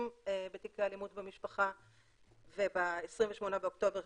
בתיקי אלימות במשפחה וב-28 באוקטובר